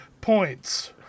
points